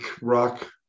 rock